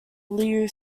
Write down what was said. liu